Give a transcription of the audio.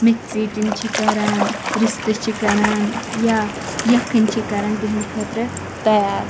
میٚتھِ ژیٹِنۍ چھِ کَران رِستہٕ چھِ کَران یا یَکھٕنۍ چھِ کَران تِہِنٛدٕ خٲطرٕ تَیار